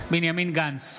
בנימין גנץ,